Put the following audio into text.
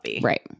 right